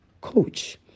coach